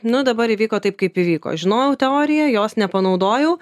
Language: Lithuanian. nu dabar įvyko taip kaip įvyko žinojau teoriją jos nepanaudojau